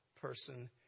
person